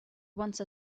once